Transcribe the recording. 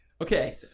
Okay